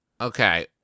Okay